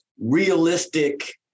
realistic